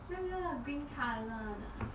那个 green colour 的